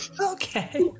Okay